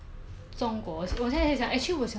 like 又又不是说要 like 只可以去北京